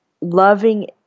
loving